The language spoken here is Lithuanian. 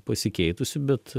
pasikeitusi bet